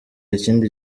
ikindi